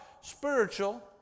spiritual